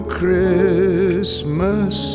Christmas